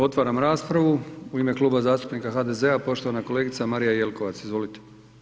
Otvaram raspravu, u ime Kluba zastupnika HDZ-a, poštovana kolegica Marija Jelkovac, izvolite.